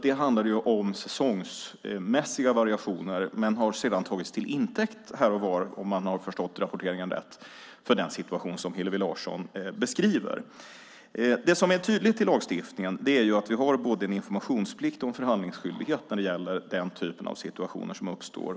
Det handlade om säsongsmässiga variationer men har sedan här och var, om jag har förstått rapporteringen rätt, tagits till intäkt för den situation som Hillevi Larsson beskriver. Det som är tydligt i lagstiftningen är att vi har både en informationsplikt och en förhandlingsskyldighet när det gäller den typen av situationer som uppstår.